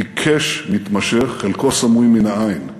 עיקש ומתמשך, חלקו סמוי מן העין,